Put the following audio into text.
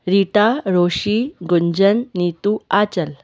रीता रोशी गुंजन नीतू अंचल